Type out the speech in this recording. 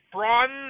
Braun